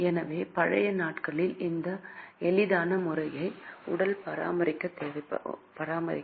எனவே பழைய நாட்களில் இந்த எளிதான செயல்முறை கைகளால் பராமரிப்பு தேவைப்பட்டது